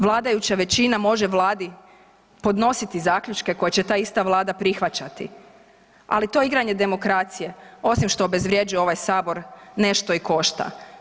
Vladajuća većina može Vladi podnositi zaključke koje će ta ista Vlada prihvaćati, ali to igranje demokracije osim što obezvrjeđuje ovaj Sabor nešto i košta.